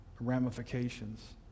ramifications